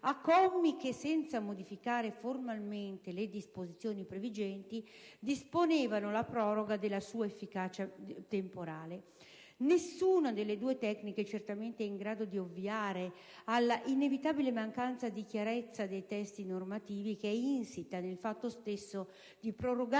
a commi che, senza modificare formalmente le disposizioni previgenti, disponevano la proroga della sua efficacia temporale. Nessuna delle due tecniche certamente è in grado di ovviare alla inevitabile mancanza di chiarezza dei testi normativi che è insita nel fatto stesso di prorogare